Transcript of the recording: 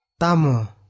Tamo